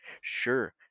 sure